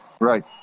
Right